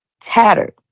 tattered